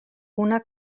una